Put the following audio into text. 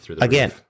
again